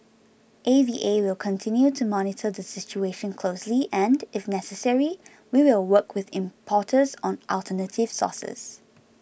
A V A will continue to monitor the situation closely and if necessary we will work with importers on alternative sources